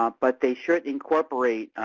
um but they should incorporate,